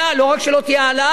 לא רק שלא תהיה העלאה,